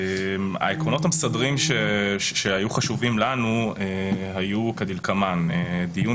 העקרונות המסדרים שהיו חשובים לנו היו כדלקמן: דיון